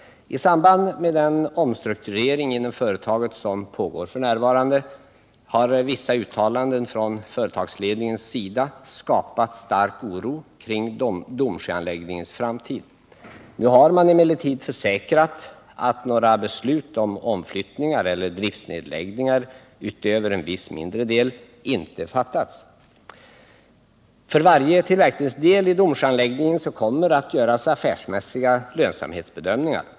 I samband med den omstrukturering inom företaget som f. n. pågår har vissa uttalanden från företagsledningens sida skapat stark oro kring Domsjöanläggningens framtid. Nu har man emellertid försäkrat att några beslut om omflyttningar eller driftnedläggningar utöver en viss mindre del inte fattats. För varje tillverkningsdel i Domsjöanläggningen kommer att göras affärsmässiga lönsamhetsbedömningar.